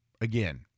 Again